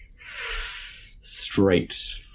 straight